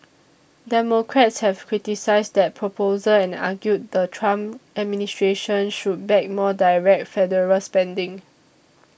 democrats have criticised that proposal and argued the Trump administration should back more direct federal spending